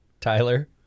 Tyler